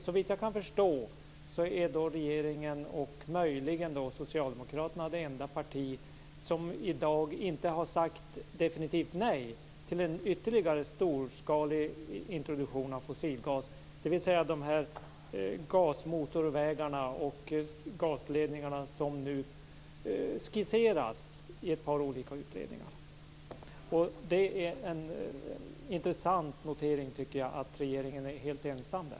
Såvitt jag kan förstå är regeringen och möjligen Socialdemokraterna de enda som i dag inte har sagt definitivt nej till en ytterligare storskalig introduktion av fossilgas, dvs. dessa gasmotorvägar och gasledningar som skisseras i ett par olika utredningar. Jag tycker att det är en intressant notering att regeringen är helt ensam där.